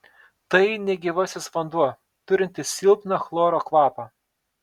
tai negyvasis vanduo turintis silpną chloro kvapą